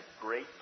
great